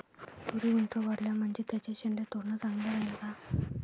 तुरी ऊंच वाढल्या म्हनजे त्याचे शेंडे तोडनं चांगलं राहीन का?